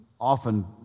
often